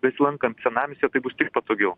besilankant senamiestyje tai bus tik patogiau